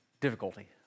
difficulty